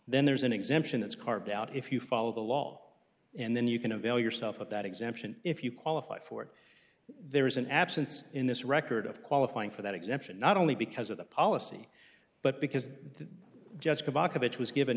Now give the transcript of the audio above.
then there's an exemption that's carved out if you follow the law and then you can avail yourself of that exemption if you qualify for it there is an absence in this record of qualifying for that exemption not only because of the policy but because